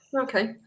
okay